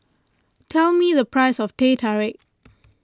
tell me the price of Teh Tarik